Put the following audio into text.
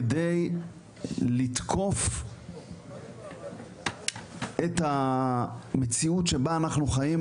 כדי לתקוף את המציאות בה אנחנו חיים,